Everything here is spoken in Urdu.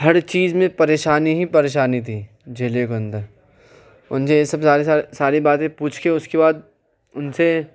ہر چیز میں پریشانی ہی پریشانی تھی جیل کے اندر ان سے یہ سب ساری باتیں پوچھ کے اس کے بعد ان سے